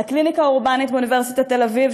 לקליניקה האורבנית באוניברסיטת תל אביב,